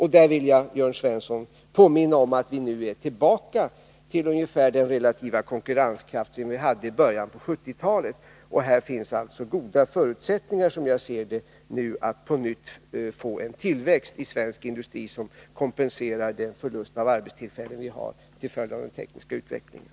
Jag vill påminna Jörn Svensson om att vi nu är tillbaka vid ungefär den relativa konkurrenskraft som vi hade i början av 1970-talet. Här finns alltså nu goda förutsättningar för att, som jag ser det, på nytt få en tillväxt i svensk industri som kompenserar den förlust av arbetstillfällen som vi vidkänts till följd av den tekniska utvecklingen.